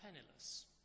penniless